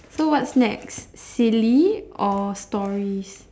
so what's next silly or stories